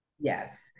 Yes